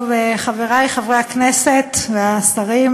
טוב, חברי חברי הכנסת והשרים,